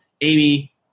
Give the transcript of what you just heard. Amy